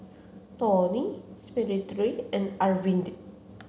Dhoni Smriti and Arvind